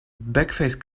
backface